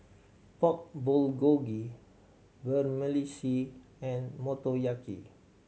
Pork Bulgogi Vermicelli and Motoyaki